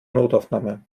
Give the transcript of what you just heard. notaufnahme